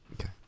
Okay